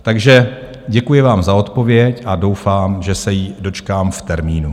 Takže děkuji vám za odpověď a doufám, že se jí dočkám v termínu.